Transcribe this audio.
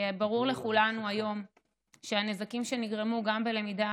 ברור לכולנו היום שהנזקים שנגרמו גם בלמידה